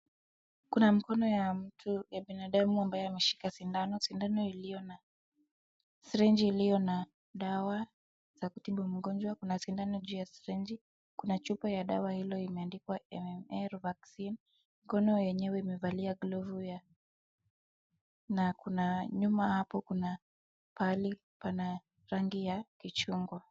Kuna mkono ya binadamu ambaye ameshika sindano, sindano iliyo na syrige iliyo na dawa ya kutibu mgonjwa. Kuna sindano juu ya syrige .Kuna chupa ya dawa hilo imendikwa MMR VACCINE .Mkono yenyewe imevalia glavu na nyuma hapo kuna pahali pana rangi ya kichungwa.